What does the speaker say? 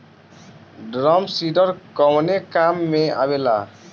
Drum seeder कवने काम में आवेला?